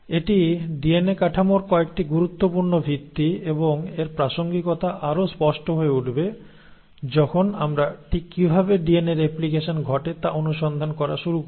এটি ডিএনএ কাঠামোর কয়েকটি গুরুত্বপূর্ণ ভিত্তি এবং এর প্রাসঙ্গিকতা আরও স্পষ্ট হয়ে উঠবে যখন আমরা ঠিক কিভাবে ডিএনএ রেপ্লিকেশন ঘটে তা অনুসন্ধান করা শুরু করব